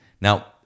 Now